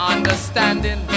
Understanding